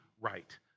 right